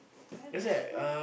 but this one